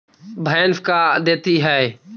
भैंस का देती है?